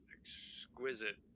exquisite